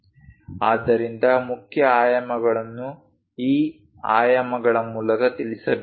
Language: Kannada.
ಆದ್ದರಿಂದ ಮುಖ್ಯ ಆಯಾಮಗಳನ್ನು ಈ ಆಯಾಮಗಳ ಮೂಲಕ ತಿಳಿಸಬೇಕಾಗಿದೆ